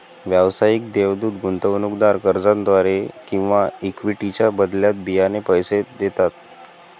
व्यावसायिक देवदूत गुंतवणूकदार कर्जाद्वारे किंवा इक्विटीच्या बदल्यात बियाणे पैसे देतात